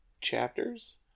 chapters